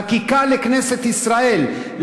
חקיקה לכנסת ישראל,